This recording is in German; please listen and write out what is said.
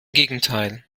gegenteil